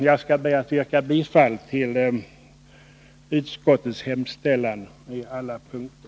Jag skall be att få yrka bifall till utskottets hemställan på alla punkter.